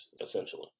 essentially